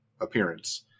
appearance